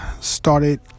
started